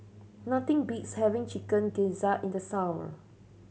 nothing beats having Chicken Gizzard in the summer